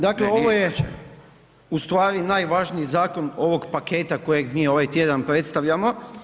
Dakle ovo je ustvari najvažniji zakon ovog paketa kojeg mi ovaj tjedan predstavljamo.